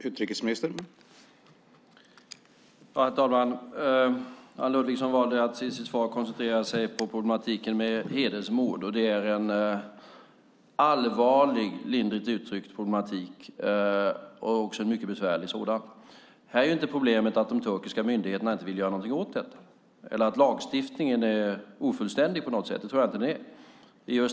Herr talman! Anne Ludvigsson valde att i sitt svar koncentrera sig på problematiken med hedersmord. Det är en allvarlig - lindrigt uttryckt - problematik och en mycket besvärlig sådan. Här är inte problemet att de turkiska myndigheterna inte vill göra något åt detta eller att lagstiftningen är ofullständig på något sätt. Det tror jag inte att den är.